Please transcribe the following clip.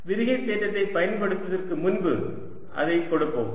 விரிகை தேற்றத்தைப் பயன்படுத்துவதற்கு முன்பு அதைக் கொடுப்போம்